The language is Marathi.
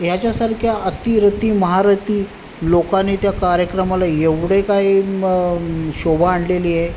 याच्यासारख्या अतिरथी महारथी लोकांनी त्या कार्यक्रमाला एवढे काय शोभा आणलेली आहे